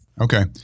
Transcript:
Okay